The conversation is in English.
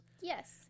Yes